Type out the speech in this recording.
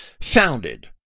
founded